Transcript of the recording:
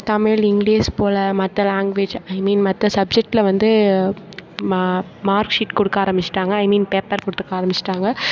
Tamil English போல் மற்ற language I mean மற்ற சப்ஜெக்ட்டில் வந்து மா மார்க் ஷீட் கொடுக்க ஆரம்பிச்சுட்டாங்க ஐ மீன் பேப்பர் கொடுக்க ஆரம்மிச்சுட்டாங்க